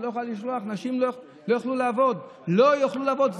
נשים לא יוכלו לעבוד, לא יוכלו לעבוד.